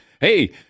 Hey